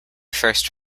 first